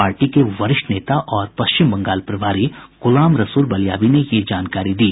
party के वरिष्ठ नेता और पश्चिम बंगाल प्रभारी गुलाम रसूल बलियावी ने यह जानकारी दी